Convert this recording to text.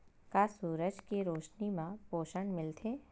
का सूरज के रोशनी म पोषण मिलथे?